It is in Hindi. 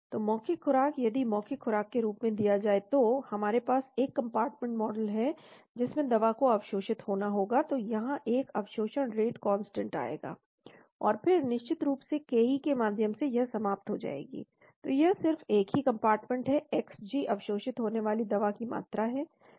तो मौखिक खुराक यदि मौखिक खुराक के रूप में दिया जाए तो तो हमारे पास एक कंपार्टमेंट मॉडल है जिसमें दवा को अवशोषित होना होगा तो यहाँ एक अवशोषण रेट कांस्टेंट आएगा और फिर निश्चित रूप से Ke के माध्यम से यह समाप्त हो जाएगी तो यह सिर्फ एक ही कंपार्टमेंट है Xg अवशोषित होने वाली दवा की मात्रा है